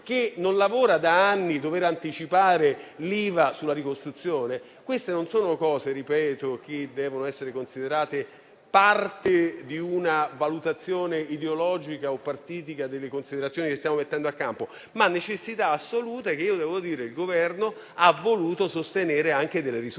che non lavora da anni, deve anticipare l'IVA sulla ricostruzione. Queste non sono cose da considerare parte di una valutazione ideologica o partitica o delle considerazioni che stiamo mettendo in campo: sono necessità assolute che il Governo ha voluto sostenere anche con delle risorse,